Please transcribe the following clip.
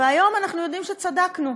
היום אנחנו יודעים שצדקנו,